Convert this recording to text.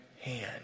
hand